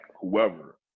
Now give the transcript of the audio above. whoever